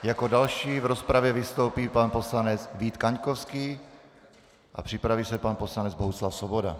Jako další v rozpravě vystoupí pan poslanec Vít Kaňkovský, připraví se pan poslanec Bohuslav Svoboda.